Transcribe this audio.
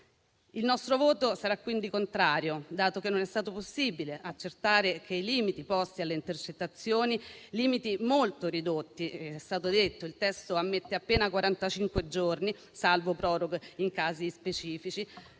Il nostro voto sarà quindi contrario, dato che non è stato possibile accertare che i limiti posti alle intercettazioni - limiti molto ridotti, come è stato detto il testo ammette appena quarantacinque giorni, salvo proroghe in casi specifici